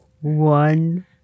One